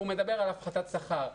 הוא מדבר על הפחת שכר.